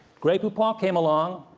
grey poupon came along,